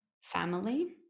family